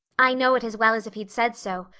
i know it as well as if he'd said so.